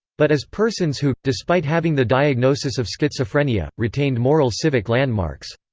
but as persons who, despite having the diagnosis of schizophrenia, retained moral civic landmarks.